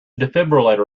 defibrillator